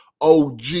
OG